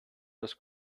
las